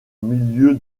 milieu